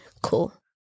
cool